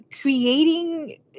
creating